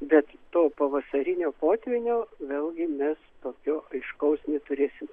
bet to pavasarinio potvynio vėlgi mes tokio aiškaus neturėsim